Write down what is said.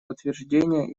утверждения